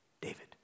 David